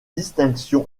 distinctions